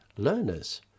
learners